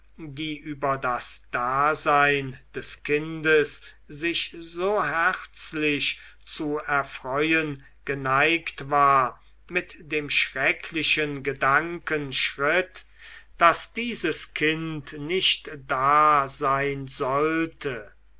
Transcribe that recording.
die über das dasein des kindes sich so herzlich zu erfreuen geneigt war mit dem schrecklichen gedanken stritt daß dieses kind nicht da sein sollte